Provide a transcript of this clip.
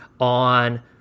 on